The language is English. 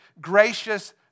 gracious